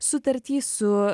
sutartį su